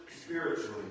spiritually